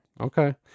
Okay